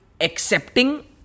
accepting